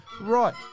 Right